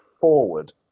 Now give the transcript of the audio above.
forward